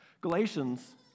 Galatians